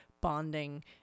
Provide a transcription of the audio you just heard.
bonding